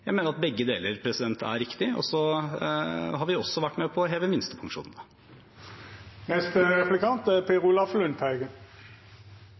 Jeg mener at begge deler er riktig. Vi har også vært med på å heve minstepensjonene.